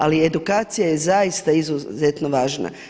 Ali edukacija je zaista izuzetno važna.